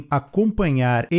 acompanhar